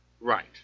Right